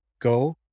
Go